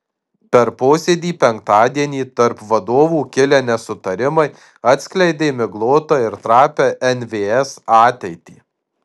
per posėdį penktadienį tarp vadovų kilę nesutarimai atskleidė miglotą ir trapią nvs ateitį